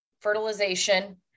fertilization